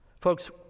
Folks